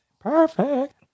Perfect